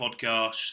podcast